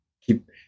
keep